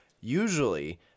Usually